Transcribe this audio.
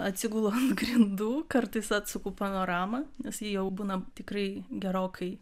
atsigulu ant grindų kartais atsuku panoramą nes ji jau būna tikrai gerokai